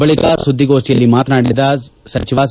ಬಳಿಕ ಸುದ್ದಿಗೋಷ್ಠಿಯಲ್ಲಿ ಮಾತನಾಡಿದ ಸಚಿವ ಸಿ